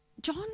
John